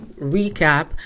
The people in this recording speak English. recap